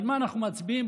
על מה אנחנו מצביעים.